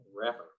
wrapper